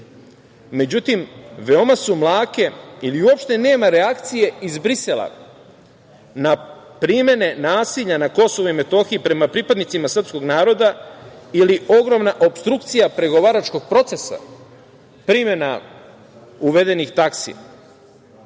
međutim, veoma su mlake ili uopšte nema reakcije iz Brisela na primene nasilja na Kosovu i Metohiji prema pripadnicima srpskog naroda ili ogromna opstrukcija pregovaračkog procesa, primena uvedenih taksi. Dakle,